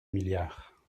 milliards